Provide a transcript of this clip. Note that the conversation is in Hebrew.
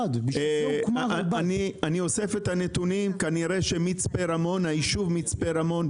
אני אוסף את הנתונים וכנראה היישוב מצפה רמון,